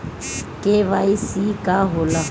KYC का होला?